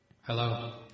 Hello